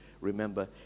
remember